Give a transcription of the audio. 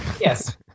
Yes